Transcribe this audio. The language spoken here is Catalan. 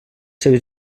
seves